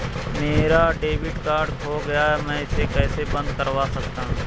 मेरा debit card खो गया है मैं इसे कैसे बंद करवा सकता हूँ?